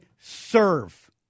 serve